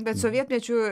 bet sovietmečiu